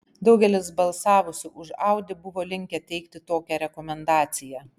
daugelis balsavusių už audi buvo linkę teikti tokią rekomendaciją